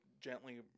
gently